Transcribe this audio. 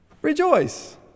Rejoice